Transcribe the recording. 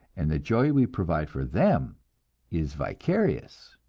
and the joy we provide for them is vicarious.